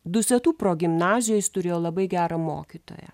dusetų progimnazijoj jis turėjo labai gerą mokytoją